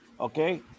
okay